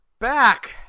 back